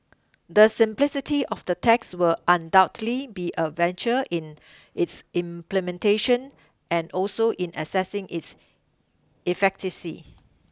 the simplicity of the tax will undoubtedly be a venture in its implementation and also in assessing its efficacy